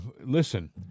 listen